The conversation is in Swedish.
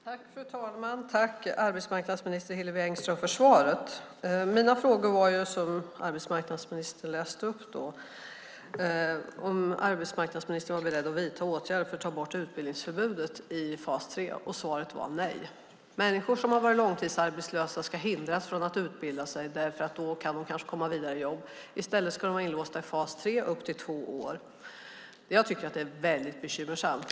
Fru talman! Jag tackar arbetsmarknadsminister Hillevi Engström för svaret. En av mina frågor var, precis som arbetsmarknadsministern läste upp, om arbetsmarknadsministern är beredd att vidta åtgärder för att ta bort utbildningsförbudet i fas 3. Svaret var nej. Människor som har varit långtidsarbetslösa ska hindras från att utbilda sig och kanske komma vidare i jobb. I stället ska de vara inlåsta i fas 3 i upp till två år. Detta är mycket bekymmersamt.